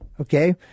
Okay